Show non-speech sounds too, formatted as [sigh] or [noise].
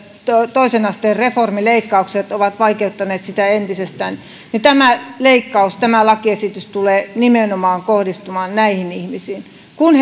toisen asteen reformileikkauksemme ovat vaikeuttaneet sitä entisestään niin tämän lakiesityksen leikkaus tulee kohdistumaan nimenomaan näihin ihmisiin kun [unintelligible]